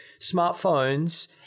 smartphones